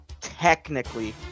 technically